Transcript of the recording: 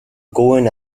going